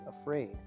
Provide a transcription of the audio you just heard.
afraid